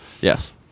Yes